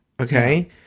okay